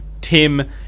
Tim